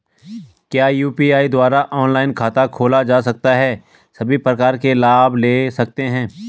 क्या यु.पी.आई द्वारा ऑनलाइन खाता खोला जा सकता है सभी प्रकार के लाभ ले सकते हैं?